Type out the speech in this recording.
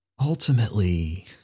Ultimately